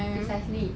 precisely